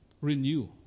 renew